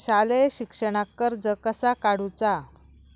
शालेय शिक्षणाक कर्ज कसा काढूचा?